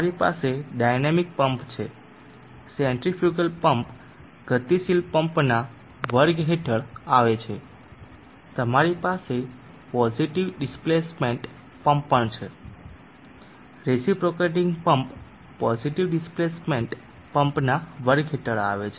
તમારી પાસે dynamic pump છે સેન્ટ્રીફ્યુગલ પમ્પ ગતિશીલ પંપના વર્ગ હેઠળ આવે છે તમારી પાસે પોઝીટીવ ડિસ્પ્લેસમેન્ટ પંપ પણ છે રિસીપ્રોકેટિંગ પંપ પોઝીટીવ ડિસ્પ્લેસમેન્ટ પંપના વર્ગ હેઠળ આવે છે